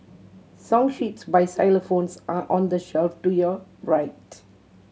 song sheets by xylophones are on the shelf to your right